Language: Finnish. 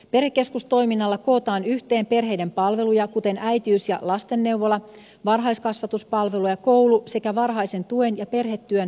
perhekeskustoiminnalla kootaan yhteen perheiden palveluja kuten äitiys ja lastenneuvola varhaiskasvatuspalveluja koulu sekä varhaisen tuen ja perhetyön paikalliset palvelut